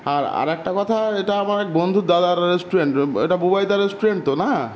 আর আরেকটা কথা এটা আমার এক বন্ধুর দাদার রেস্টুরেন্ট এটা বুবাইদা রেস্টুরেন্ট তো না